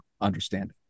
understanding